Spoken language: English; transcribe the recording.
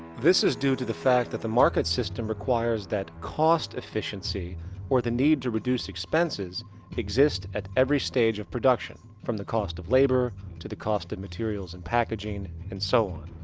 this is due to the fact that the market system requires that cost efficiency or the need to reduce expenses exists at every stage of production. from the cost of labor, to the cost of materials and packaging and so on.